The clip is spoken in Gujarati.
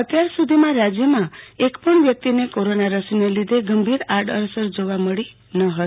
અત્યાર સુધીમાં રાજયમાં એક પણ વ્યકિતને કોરોના રસીને લીધે ગંભીર આડઅસર જોવા મળી ન હતી